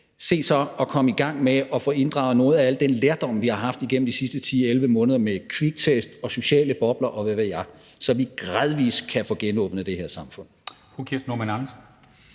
Se så at komme i gang med at få inddraget noget af al den lærdom, vi har fået igennem de sidste 10-11 måneder, med kviktest og sociale bobler, og hvad ved jeg, så vi gradvis kan få genåbnet det her samfund.